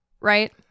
right